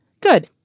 Good